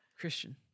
Christian